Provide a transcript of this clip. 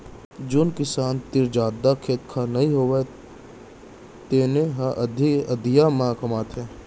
जेन किसान तीर जादा खेत खार नइ होवय तेने ह अधिया म कमाथे